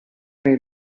nei